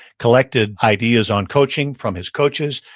collected ideas on coaching from his coaches,